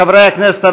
חברי הכנסת,